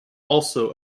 also